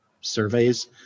surveys